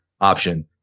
option